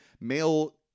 Male